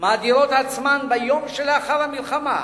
עצמן ביום שלאחר המלחמה,